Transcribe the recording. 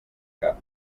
cap